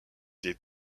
des